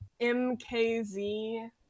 mkz